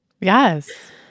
Yes